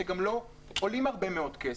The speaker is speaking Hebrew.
שגם לא עולים הרבה מאוד כסף.